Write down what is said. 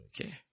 Okay